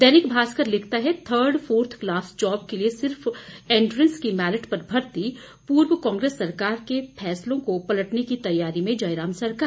दैनिक भास्कर के लिखता है थर्ड फोर्थ कलास जॉब के लिए सिर्फ एंट्रेंस की मेरिट पर भर्ती पूर्व कांग्रेस सरकार के फैसलों को पलटने की तैयारी में जयराम सरकार